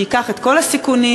שתיקח את כל הסיכונים,